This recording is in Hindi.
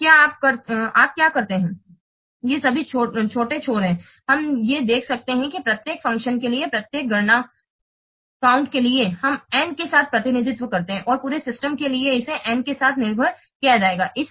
फिर आप क्या करते हैं ये सभी छोटे छोर हैं हम ये देख सकते हैं कि प्रत्येक फ़ंक्शन के लिए प्रत्येक गणना के लिए हम n के साथ प्रतिनिधित्व करते हैं और पूरे सिस्टम के लिए इसे N के साथ निर्भर किया जाएगा